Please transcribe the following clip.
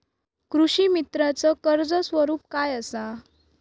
कृषीमित्राच कर्ज स्वरूप काय असा?